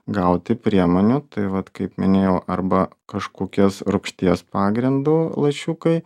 gauti priemonių tai vat kaip minėjau arba kažkokias rūgšties pagrindu lašiukai